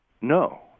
no